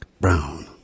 brown